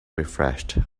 refreshed